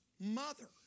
mother